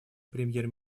премьер